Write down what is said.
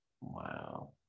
Wow